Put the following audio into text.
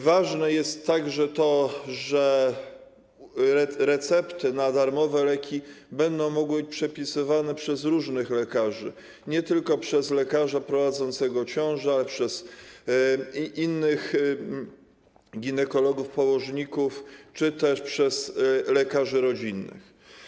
Ważne jest także to, że recepty na darmowe leki będą mogły być przepisywane przez różnych lekarzy, nie tylko przez lekarzy prowadzących ciążę, ale i przez innych ginekologów położników i lekarzy rodzinnych.